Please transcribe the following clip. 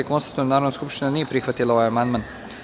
Konstatujem da Narodna skupština nije prihvatila ovaj amandman.